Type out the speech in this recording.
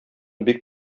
бик